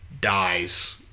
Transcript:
dies